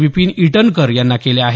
विपिन ईटनकर यांना केल्या आहेत